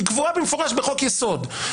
היא קבועה במפורש בחוק יסוד.